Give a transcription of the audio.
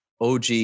OG